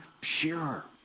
pure